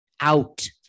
out